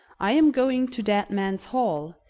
i am going to dead man's hall,